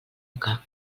boca